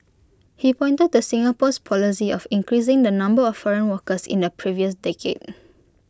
he pointed to Singapore's policy of increasing the number of foreign workers in the previous decade